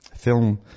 film